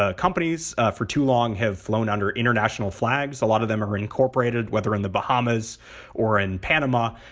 ah companies for too long have flown under international flags. a lot of them are incorporated, whether in the bahamas or in panama,